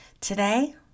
today